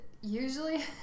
usually